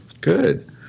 Good